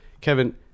Kevin